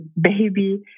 baby